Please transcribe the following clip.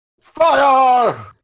Fire